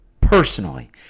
personally